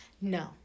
no